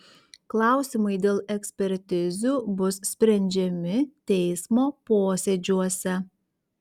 klausimai dėl ekspertizių bus sprendžiami teismo posėdžiuose